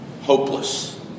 hopeless